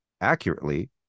accurately